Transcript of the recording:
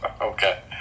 Okay